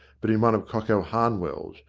but in one of cocko harn well's,